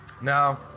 Now